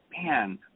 Man